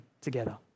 together